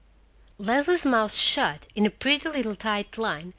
leslie's mouth shut in a pretty little tight line,